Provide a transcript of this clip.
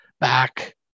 back